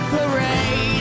Parade